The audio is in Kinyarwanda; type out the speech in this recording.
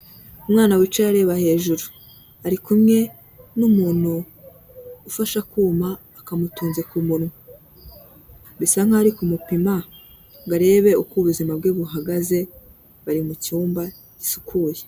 Umwana wicaye areba hejuru, ari kumwe n'umuntu ufasha akuma, akamutunze ku munwa, bisa nkaho ari kumupima ngo arebe uko ubuzima bwe buhagaze, bari mu cyumba gisukuye.